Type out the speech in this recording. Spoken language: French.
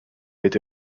été